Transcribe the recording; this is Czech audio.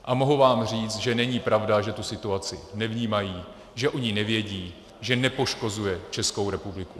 A mohu vám říct, že není pravda, že tu situaci nevnímají, že o ní nevědí, že nepoškozuje Českou republiku.